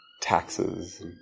taxes